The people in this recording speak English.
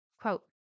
Quote